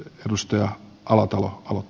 arvoisa puhemies